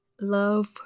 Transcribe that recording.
love